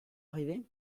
arrivé